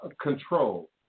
control